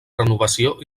renovació